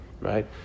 Right